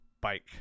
Bike